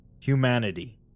humanity